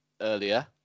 earlier